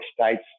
states